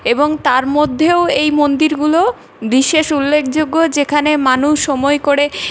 এবং তার মধ্যেও এই মন্দিরগুলো বিশেষ উল্লেখযোগ্য যেখানে মানুষ সময় করে